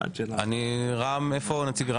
נציג רע"מ?